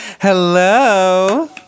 Hello